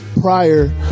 prior